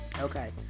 Okay